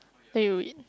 then you eat